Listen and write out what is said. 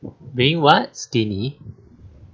being what skinny